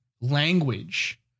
language